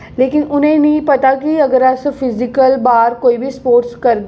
लेकिन उ'नेंगी मीं पता कि अगर अस फिजिकल बाह्र कोई बी स्पोर्टस करगे